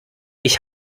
ich